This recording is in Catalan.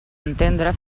entendre